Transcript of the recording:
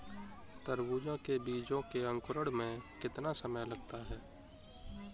तरबूज के बीजों के अंकुरण में कितना समय लगता है?